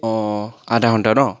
অ' আধা ঘণ্টা ন